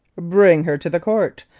bring her to the court.